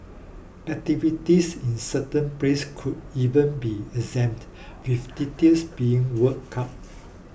activities in certain places could even be exempt with details being worked out